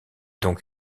donc